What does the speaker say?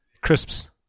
Crisps